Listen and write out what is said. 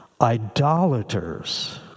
Idolaters